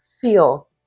feel